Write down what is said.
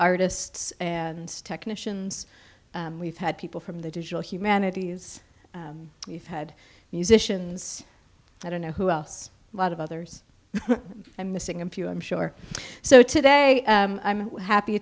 artists and technicians we've had people from the digital humanities we've had musicians i don't know who else lot of others i'm missing a few i'm sure so today i'm happy